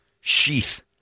sheath